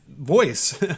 voice